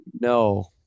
No